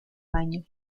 baño